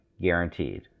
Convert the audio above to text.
guaranteed